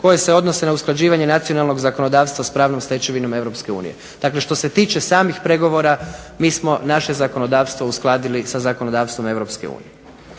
koje se odnose na usklađivanje nacionalnog zakonodavstva s pravnom stečevinom Europske unije. Dakle, što se tiče samih pregovora mi smo naše zakonodavstvo uskladili sa zakonodavstvom